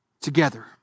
together